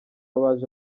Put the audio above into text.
baje